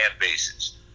bases